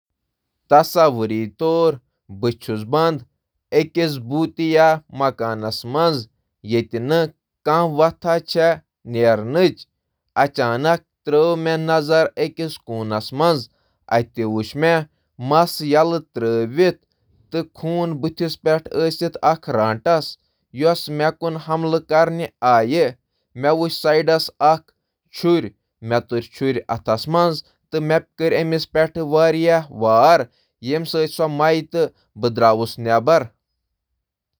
تصور کٔرِو، اگر تُہۍ أکِس پریتوادٕ مکانس منٛز پھٔسِتھ چھِو یتھ منٛز کانٛہہ وتھ چھنہٕ۔ اچانک مےٚ وچھ کمرٕ کِس أکِس کوٗنس کُن، مےٚ وچھ اکھ رٹاس ییٚمِس کھۄلہٕ لیر تہٕ خونریز بُتھ اوس، أکۍ جادوگرن کٔر مےٚ پیٚٹھ حملہٕ کرنٕچ کوٗشش، کھوورِ طرفہٕ لوٚب مےٚ اکھ چاقو تہٕ تُل چاقو پتہٕ مےٚ کوٚر جادوگرس پیٚٹھ حملہٕ تہٕ مےٚ کوٚر سُہ مٲر۔